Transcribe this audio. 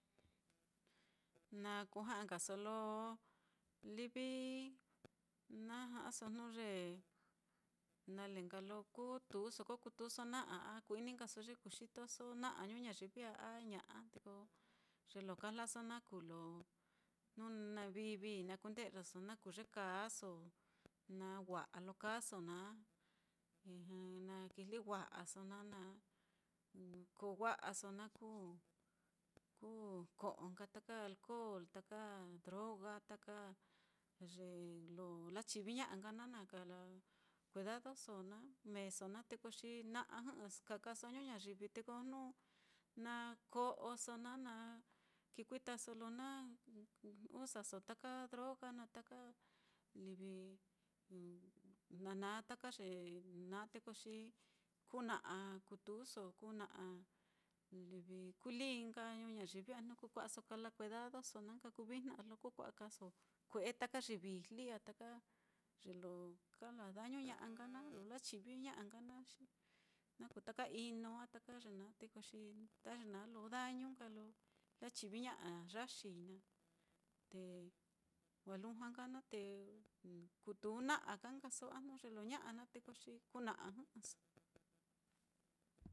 Na kuja'a nkaso lo livi na ja'aso jnu ye nale nka lo kutuso, ko kutuso na'a a ku-ini nkaso ye kuxi o na'a ñuñayivi á, a ña'a te ko ye lo kajlaso naá kuu lo jnu vivií na kunde'yaso na kuu ye kaaso, na wa'a lo kaaso naá, na kijli wa'aso naá, na koo wa'aso naá, kú ko'o nka taka alchol, taka droga, taka ye lo lachivi ña'a nka naá, na kala kuedadoso naá meeso naá, te ko xi na'a jɨ'ɨ kakaso ñuñayivi, te ko jnu na ko'oso naá na kikuitaso lo na usaso taka droga naá, taka livi na naá taka ye naá, te ko xi kú na'a kutuuso kuu na'a livi kuli nka ñuñayivi á, jnu kú kua'aso kala kuedadoso naá, na nka kuu vijna á, lo ña kua'a kaaso kue'e taka ye vijli, taka ye lo kala dañu ña'a nka naá, lo lachivi ña'a nka na xi na kuu taka ino á, taka ye naá te ko xi ta ye naá lo dañu nka lo lachiviña'a yaxi naá, te wa lujua nka na te kutu na'a ka nkaso a jnu ye lo ña'a naá, te ko xi kú na'a jɨ'ɨso.